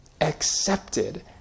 accepted